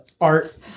art